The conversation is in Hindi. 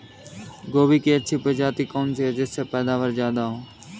गोभी की अच्छी प्रजाति कौन सी है जिससे पैदावार ज्यादा हो?